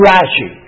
Rashi